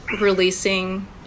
releasing